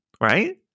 right